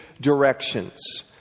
directions